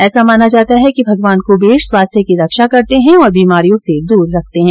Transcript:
ऐसा माना जाता है कि भगवान कुंबेर स्वास्थ्य की रक्षा करते है और बीमारियों से दूर रखते है